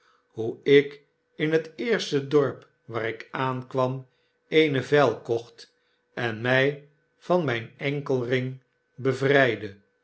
hoe ik in het eerste dorp waar ik aankwam eene vyl kocht en my van myn enkelring bevrydde